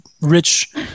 rich